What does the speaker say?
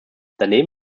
daneben